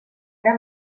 ara